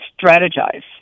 strategize